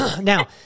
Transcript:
now